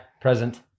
present